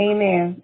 Amen